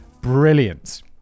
Brilliant